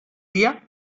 dia